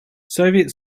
soviet